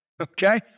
Okay